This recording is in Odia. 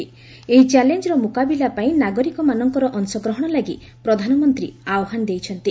ଏହି ଚ୍ୟାଲେଞ୍ଜର ମୁକାବିଲା ପାଇଁ ନାଗରିକମାନଙ୍କର ଅଂଶଗ୍ରହଣ ଲାଗି ପ୍ରଧାନମନ୍ତ୍ରୀ ଆହ୍ୱାନ ଦେଇଛନ୍ତି